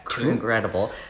incredible